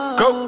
go